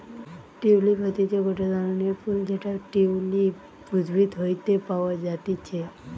tulip হতিছে গটে ধরণের ফুল যেটা টিউলিপ উদ্ভিদ হইতে পাওয়া যাতিছে